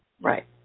Right